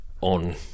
on